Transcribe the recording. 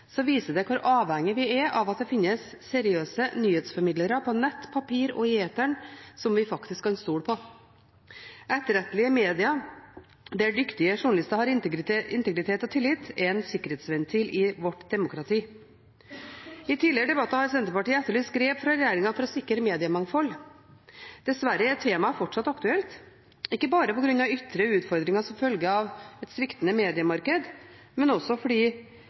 det finnes seriøse nyhetsformidlere på nett, papir og i eteren som vi faktisk kan stole på. Etterrettelige medier der dyktige journalister har integritet og tillit er en sikkerhetsventil i vårt demokrati. I tidligere debatter har Senterpartiet etterlyst grep fra regjeringen for å sikre mediemangfold. Dessverre er temaet fortsatt aktuelt, ikke bare på grunn av ytre utfordringer som følge av et sviktende mediemarked, men også fordi